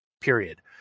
period